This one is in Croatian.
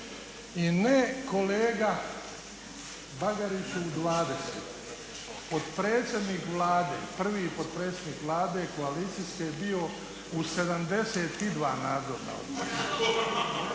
I ne kolega Bagariću u 20, potpredsjednik Vlade, prvi potpredsjednik Vlade koalicijske je bio u 72 nadzorna odbora.